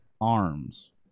arms